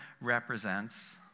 represents